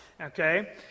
Okay